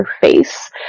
face